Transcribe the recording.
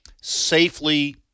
safely